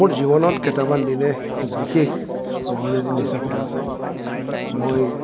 মোৰ জীৱনত কেইটামান দিনে বিশেষ স্মৰণীয় দিন হিচাপে আছে মই